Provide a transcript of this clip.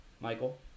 Michael